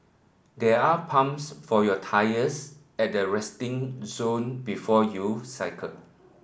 there are pumps for your tyres at the resting zone before you cycle